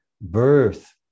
birth